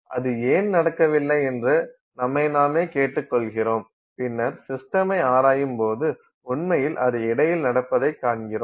அது ஏன் நடக்கவில்லை என்று நம்மை நாமே கேட்டுக்கொள்கிறோம் பின்னர் சிஸ்டமை ஆராயும்போது உண்மையில் அது இடையில் நடப்பதைக் காண்கிறோம்